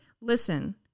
Listen